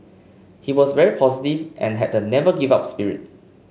he was very positive and had the never give up spirit